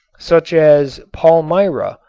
such as palmira,